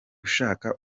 ushaka